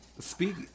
Speak